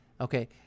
Okay